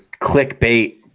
clickbait